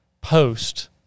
post